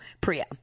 Priya